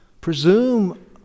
presume